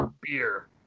beer